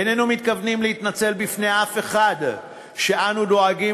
איננו מתכוונים להתנצל בפני אף אחד על שאנו דואגים